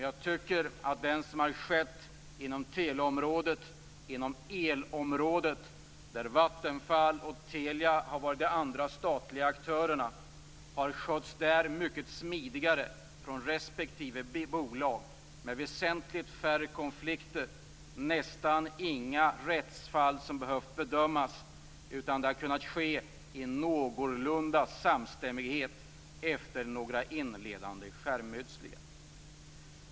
Jag tycker ändå att det som har skett inom teleområdet och elområdet, där Vattenfall och Telia har varit de andra statliga aktörerna, har skötts mycket smidigare från respektive bolag. Det har varit väsentligt färre konflikter och nästan inga rättsfall som behövt bedömas. Det har kunnat ske i någorlunda samstämmighet efter några inledande skärmytslingar.